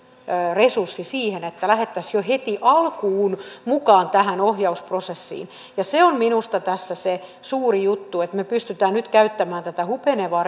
resurssin siihen että lähdettäisiin jo heti alkuun mukaan tähän ohjausprosessiin se on minusta tässä se suuri juttu että me pystymme nyt käyttämään tätä hupenevaa